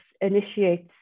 initiates